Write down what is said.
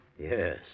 Yes